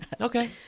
okay